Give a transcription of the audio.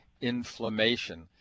Inflammation